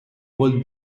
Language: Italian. vuol